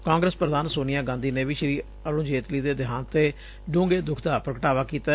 ਕਾਂਗਰਸ ਪ੍ਰਧਾਨ ਸੋਨੀਆ ਗਾਂਧੀ ਨੇ ਵੀ ਸ਼ੀ ਅਰੁਣ ਜੇਤਲੀ ਦੇ ਦੇਹਾਂਤ ਤੇ ਛੂੰਘੇ ਦੁਖ ਦਾ ਪ੍ਰਗਟਾਵਾ ਕੀਤੈ